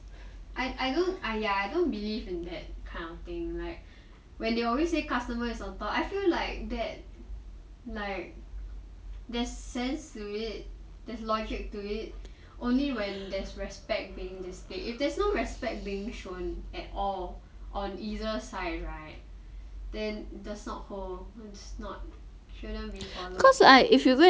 I I ya I don't believe in that kind of thing like when they always say customer is on top I feel like that like there's sense to it there's logic to it only when there's respect being displayed if there's no respect being shown at all on either side right then it does not hold it's not it shouldn't be followed cause like if you go and see right